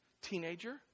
Teenager